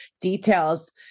details